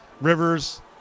Rivers